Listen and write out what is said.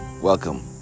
Welcome